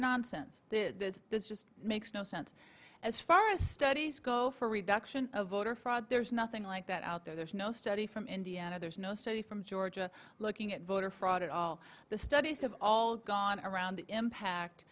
nonsense this this just makes no sense as far as studies go for reduction of voter fraud there's nothing like that out there there's no study from indiana there's no study from georgia looking at voter fraud at all the studies have all gone around the impact